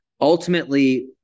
Ultimately